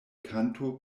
kanto